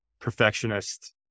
perfectionist